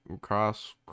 cross